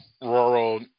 rural